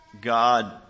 God